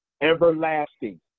Everlasting